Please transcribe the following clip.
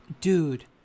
Dude